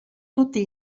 tutti